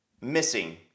missing